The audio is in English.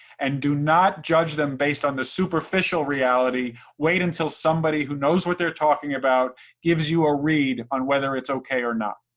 and do not judge them based on the superficial reality, wait until somebody who knows what they're talking about gives you a read on whether it's okay or not?